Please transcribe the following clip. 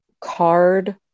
card